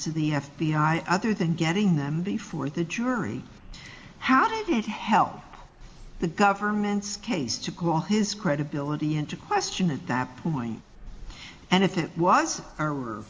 to the f b i other than getting them before the jury how did it help the government's case to call his credibility into question at that point and if it was